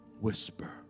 whisper